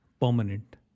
permanent